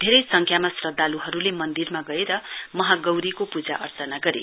धेरै संख्यामा श्रध्यालुहरुले मन्दिरमा गएर महागौरीको पूजा अर्चना गरे